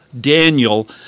Daniel